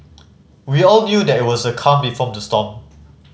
we all knew that it was the calm before the storm